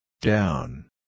Down